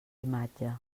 imatge